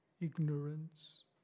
ignorance